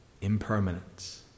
impermanence